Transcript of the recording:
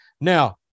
Now